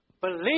believe